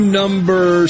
number